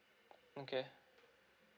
okay